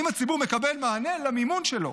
אם הציבור מקבל מענה למימון שלו.